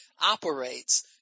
operates